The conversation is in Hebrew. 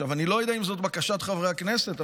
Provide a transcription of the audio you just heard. אני לא יודע אם זאת בקשת חברי הכנסת,